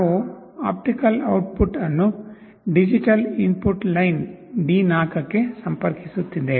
ನಾವು optical output ಅನ್ನು digital input line D4 ಗೆ ಸಂಪರ್ಕಿಸುತ್ತಿದ್ದೇವೆ